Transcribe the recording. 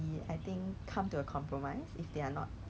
写我姐姐的 I_C lah 她帮我姐姐拿 lah